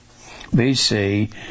BC